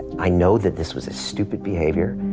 i know that this was a stupid behaviour.